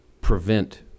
prevent